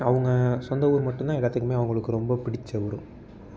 அவங்க சொந்த ஊர் மட்டும்தான் எல்லாத்துக்கும் அவுங்களுக்கு ரொம்ப பிடித்த ஊரும்